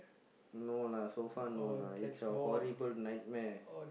no lah so far no lah it's a horrible nightmare